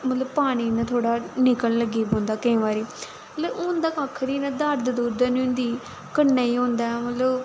मतलब पानी इ'यां थोह्ड़ा निकलन लगी पौंदा केईं बारी मतलब हून ते कक्ख बी नी दर्द दुर्द हैनी होंदी कन्नै गी होंदा ऐ मतलब